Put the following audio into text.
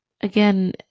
again